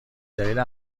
دلیل